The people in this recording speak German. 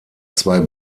zwei